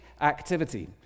activity